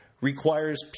requires